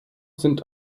sind